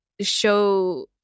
show